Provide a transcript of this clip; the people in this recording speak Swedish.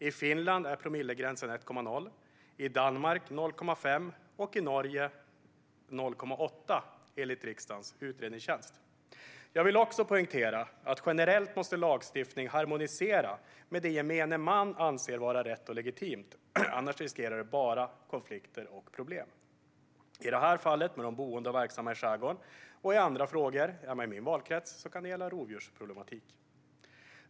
I Finland är promillegränsen 1,0, i Danmark 0,5 och i Norge 0,8, enligt riksdagens utredningstjänst. Jag vill också poängtera att lagstiftning generellt måste harmoniera med vad gemene man anser vara rätt och legitimt. Annars finns det risk att den bara skapar konflikter och problem, i det här fallet med de boende och verksamma i skärgården. I andra fall, som hemma i min valkrets, kan det gälla rovdjursproblematik.